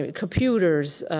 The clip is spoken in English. ah computers,